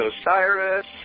Osiris